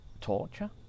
torture